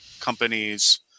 companies